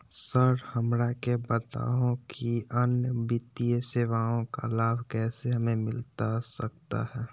Sir हमरा के बताओ कि अन्य वित्तीय सेवाओं का लाभ कैसे हमें मिलता सकता है?